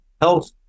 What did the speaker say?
health